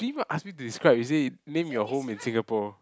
didn't even ask me to describe is it name your home in Singapore